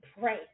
pray